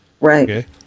Right